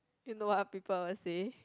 you know what people will say